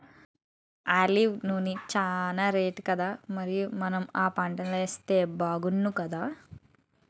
olive నూనె చానా రేటుకదా మరి మనం ఆ పంటలేస్తే బాగుణ్ణుకదా